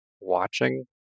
watching